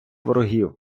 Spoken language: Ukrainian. ворогів